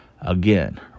Again